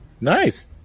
Nice